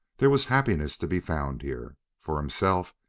there was happiness to be found here. for himself,